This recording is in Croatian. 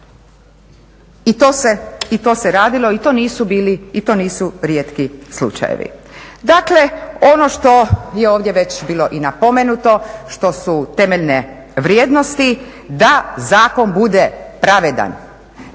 i to nisu bili i to nisu rijetki slučajevi. Dakle, ono što je ovdje već bilo i napomenuti, što su temeljne vrijednosti da zakon bude pravedan,